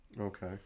Okay